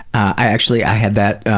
i actually, i had that